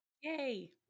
Yay